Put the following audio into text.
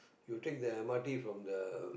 you take the m_r_t from the